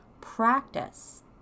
practice